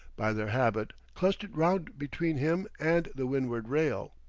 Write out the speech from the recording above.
by their habit, clustered round between him and the windward rail.